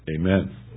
amen